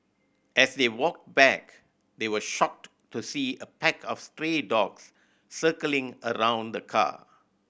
as they walked back they were shocked to see a pack of stray dogs circling around the car